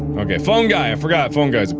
ok, phone guy! i forgot phone guy